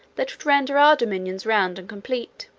that would render our dominions round and complete.